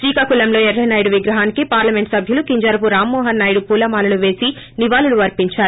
శ్రీకాకుళంలో ఏర్రన్నాయుడు విగ్రహానికి పార్లమెంట్ సభ్యులు కింజరాపు రామ్మోహన్ నాయుడు పూల మాలలు పేసి నివాళులు అర్పించారు